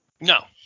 no